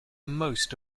most